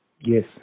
yes